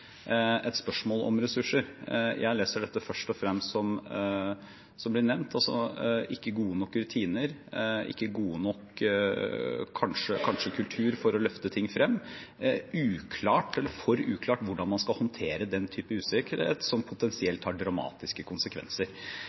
et spørsmål om ressurser. Jeg leser dette først og fremst som det som er nevnt: ikke gode nok rutiner, kanskje ikke god nok kultur for å løfte ting frem og at det er for uklart hvordan man skal håndtere den typen usikkerhet, som potensielt har dramatiske konsekvenser.